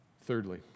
Thirdly